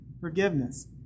forgiveness